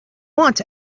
want